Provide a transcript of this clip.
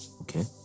Okay